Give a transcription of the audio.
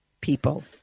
people